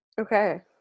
Okay